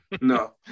No